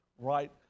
right